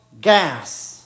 gas